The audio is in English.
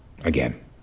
again